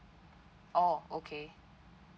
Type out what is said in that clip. oh okay